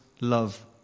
love